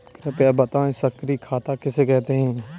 कृपया बताएँ सक्रिय खाता किसे कहते हैं?